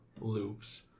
loops